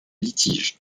litiges